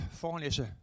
forelæse